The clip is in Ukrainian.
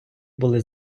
були